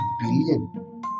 billion